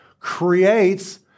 Creates